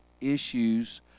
issues